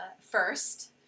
first